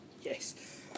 Yes